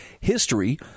history